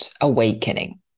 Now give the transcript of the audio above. awakening